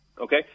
Okay